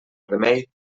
remei